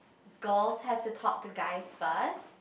girls have to talk to guys first